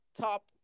top